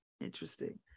interesting